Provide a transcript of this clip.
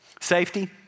Safety